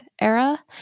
era